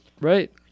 right